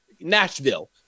Nashville